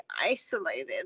isolated